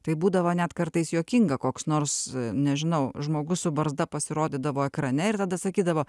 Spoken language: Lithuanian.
tai būdavo net kartais juokinga koks nors nežinau žmogus su barzda pasirodydavo ekrane ir tada sakydavo